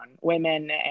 women